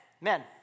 men